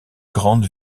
grande